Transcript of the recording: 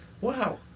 Wow